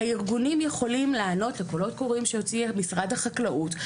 הארגונים יכולים להעלות לקולות קוראים שהוציא משרד החקלאות,